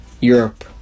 Europe